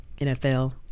NFL